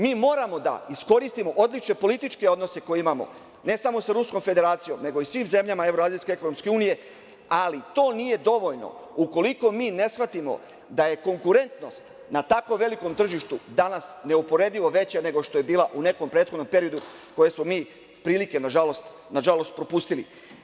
Mi moramo da iskoristimo odlične političke odnose koje imamo, a ne samo sa Ruskom Federacijom, nego i sa svim zemljama Evroazijske ekonomske unije, ali to nije dovoljno ukoliko mi ne shvatimo da je konkurentno da je konkurentnost na takvom velikom tržištu danas neuporedivo veća nego što je bila u nekom prethodnom periodu koje smo mi prilike, nažalost, propustili.